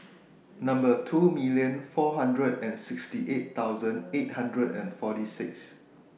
two million four hundred and sixty eight thousand eight hundred and Fort six